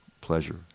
pleasure